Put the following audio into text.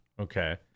Okay